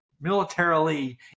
militarily